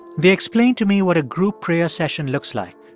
they explained to me what a group prayer session looks like.